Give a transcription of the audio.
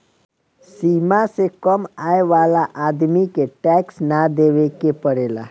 सीमा से कम आय वाला आदमी के टैक्स ना देवेके पड़ेला